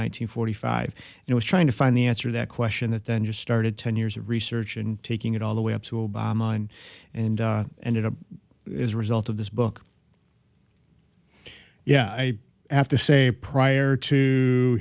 hundred five and i was trying to find the answer that question that then just started ten years of research and taking it all the way up to obama on and ended up as a result of this book yeah i have to say prior to